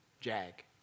JAG